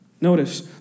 Notice